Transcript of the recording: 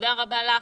תודה רבה לך,